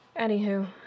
Anywho